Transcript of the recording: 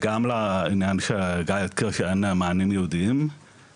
גם לעניין שגיא הזכיר שאין מענים ייעודיים,